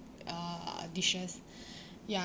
uh dishes ya